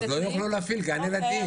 אז לא יוכלו להפעיל גן ילדים.